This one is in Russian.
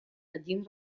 один